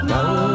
Now